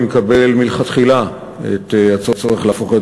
אני מקבל מלכתחילה את הצורך להפוך את